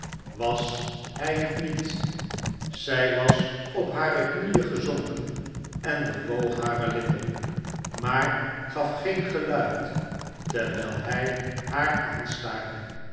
was hij het niet zij was op hare knieen gezonken en bewoog hare lippen maar gaf geen geluid terwijl hij haar aanstaarde